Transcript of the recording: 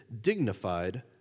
dignified